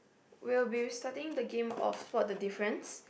we'll be starting the game of spot the difference